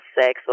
sex